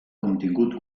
contingut